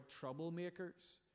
troublemakers